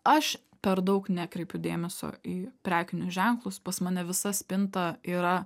aš per daug nekreipiu dėmesio į prekinius ženklus pas mane visa spinta yra